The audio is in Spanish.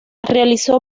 realizó